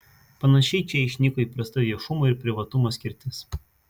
panašiai čia išnyko įprasta viešumo ir privatumo skirtis